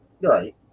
right